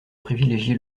privilégier